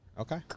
Okay